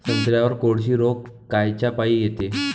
संत्र्यावर कोळशी रोग कायच्यापाई येते?